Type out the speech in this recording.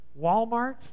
Walmart